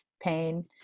pain